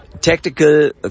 Technical